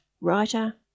writer